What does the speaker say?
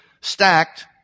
stacked